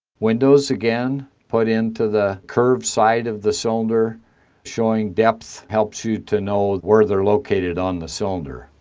windows again put into the curved side of the cylinder showing depth, helps you to know where they're located on the cylinder.